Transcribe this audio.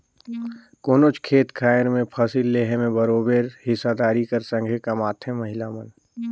कोनोच खेत खाएर में फसिल लेहे में बरोबेर हिस्सादारी कर संघे कमाथें महिला मन